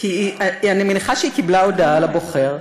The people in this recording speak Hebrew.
אני מניחה שהיא קיבלה הודעה לבוחר.